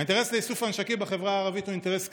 האינטרס לאיסוף הנשקים בחברה הערבית הוא אינטרס כללי,